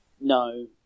no